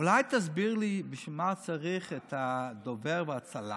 אולי תסביר לי בשביל מה צריך את הדובר והצלם